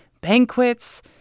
banquets